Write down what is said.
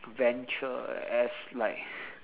venture as like